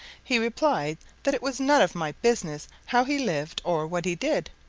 he replied that it was none of my business how he lived or what he did,